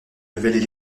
nouvelles